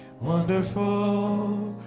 Wonderful